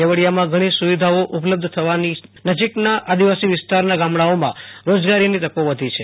કેવડીયામાં ઘણી સુવિધાઓ ઉપલબ્ધ થવાની નજીકના આદિવાસી વિસ્તારના ગામડાઓમાં રોજગારીનો તકો વધી છે